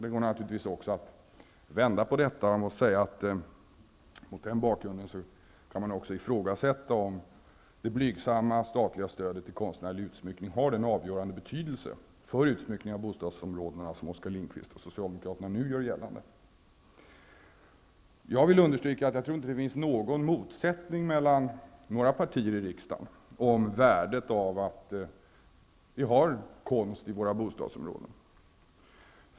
Det går naturligtvis också att vända på detta och säga att man mot den bakgrunden kan ifrågasätta, om det blygsamma statliga stödet till konstnärlig utsmyckning har den avgörande betydelse för utsmyckningen av bostadsområdena som Oskar Lindkvist och Socialdemokraterna nu gör gällande. Jag vill understryka att jag inte tror att det finns någon motsättning mellan några partier i riksdagen om värdet av att vi har konst i våra bostadsområden.